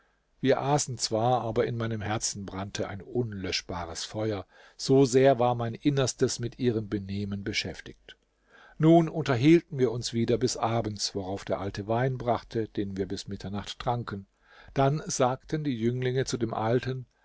wir aßen zwar aber in meinem herzen brannte ein unlöschbares feuer so sehr war mein innerstes mit ihrem benehmen beschäftigt nun unterhielten wir uns wieder bis abends worauf der alte wein brachte den wir bis mitternacht tranken dann sagten die jünglinge zu dem alten